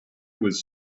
was